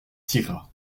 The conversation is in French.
tira